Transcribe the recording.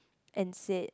and said